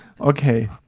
Okay